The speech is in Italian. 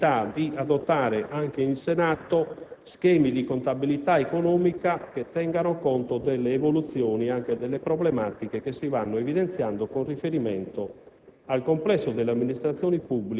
volti a considerare la possibilità di adottare anche in Senato schemi di contabilità economica che tengano conto delle evoluzioni ed anche delle problematiche che si vanno evidenziando con riferimento